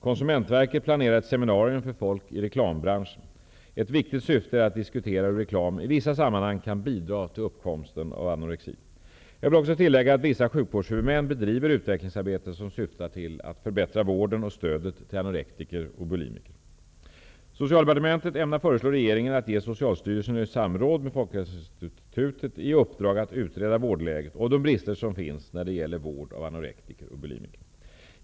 Konsumentverket planerar ett seminarium för folk i reklambranschen. Ett viktigt syfte är att diskutera hur reklam i vissa sammanhang kan bidra till uppkomsten av anorexi. Jag vill också tillägga att vissa sjukvårdshuvudmän bedriver utvecklingsarbete som syftar till att förbättra vården och stödet till anorketiker och bulimiker. Socialdepartementet ämnar föreslå regeringen att ge Socialstyrelsen i samråd med Folkhälsoinstitutet i uppdrag att utreda vårdläget och de brister som finns när det gäller vård av anorektiker och bulimiker.